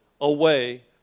away